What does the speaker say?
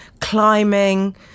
climbing